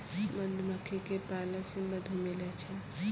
मधुमक्खी क पालै से मधु मिलै छै